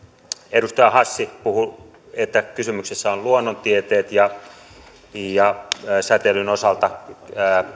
edustaja hassi puhui että kysymyksessä ovat luonnontieteet ja ja säteilyn osalta